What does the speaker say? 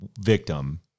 victim